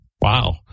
wow